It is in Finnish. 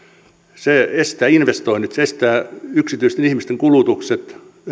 se estää investoinnit se estää yksityisten ihmisten kulutuksen